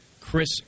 Chris